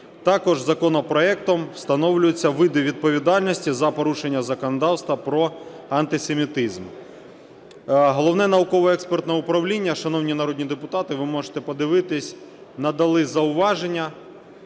Також законопроектом встановлюються види відповідальності за порушення законодавства про антисемітизм. Головне науково-експертне управління, шановні народні депутати, ви можете подивитись, надало зауваження